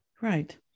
Right